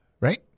Right